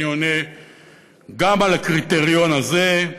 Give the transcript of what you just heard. אני עונה גם על הקריטריון הזה.